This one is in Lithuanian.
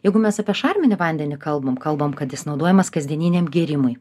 jeigu mes apie šarminį vandenį kalbam kalbam kad jis naudojamas kasdieniniam gėrimui